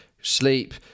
sleep